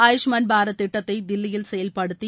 ஆயுஷ் மான் பாரத் திட்டததை தில்லியில் செயல்படுத்தி